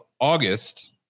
August